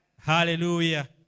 Hallelujah